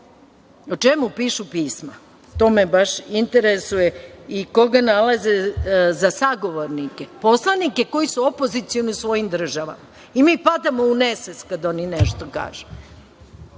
O čemu pišu pisma, to me baš interesuje i koga nalaze za sagovornike. Poslanike koji su opozicioni u svojim državama i mi padamo u nesvest kada oni nešto kažu.